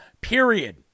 period